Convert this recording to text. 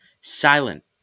Silent